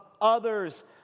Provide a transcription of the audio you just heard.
others